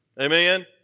Amen